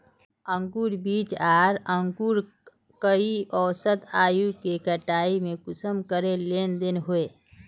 अंकूर बीज आर अंकूर कई औसत आयु के कटाई में कुंसम करे लेन देन होए?